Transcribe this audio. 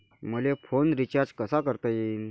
मले phone recharge कसा करता येईन?